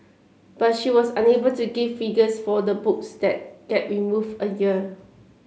but she was unable to give figures for the books that get removed a year